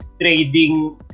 trading